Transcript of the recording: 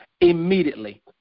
immediately